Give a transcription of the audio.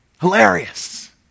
Hilarious